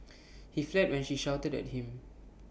he fled when she shouted at him